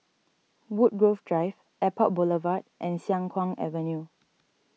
Woodgrove Drive Airport Boulevard and Siang Kuang Avenue